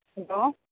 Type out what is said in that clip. hello